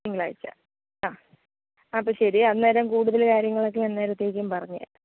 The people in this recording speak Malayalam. തിങ്കളാഴ്ച ആ അപ്പോൾ ശരിയെ അന്നേരം കൂടുതൽ കാര്യങ്ങളൊക്കെ അന്നേരത്തേക്കും പറഞ്ഞു തരാം